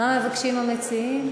מה שיבקשו המציעים.